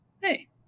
hey